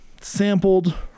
sampled